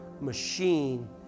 machine